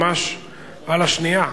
ממש על השנייה.